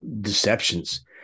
deceptions